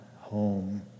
home